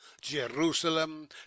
Jerusalem